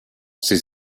ces